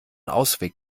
ausweg